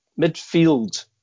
midfield